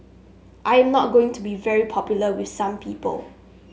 i am not going to be very popular with some people